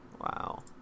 Wow